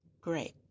Great